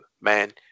man